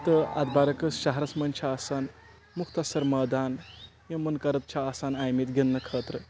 تہٕ اتھ برعکِس شہرس منٛز چھِ آسان مختصر مٲدان یہِ منقرٕد چھِ آسان آمٕتۍ گنٛدنہٕ خٲطرٕ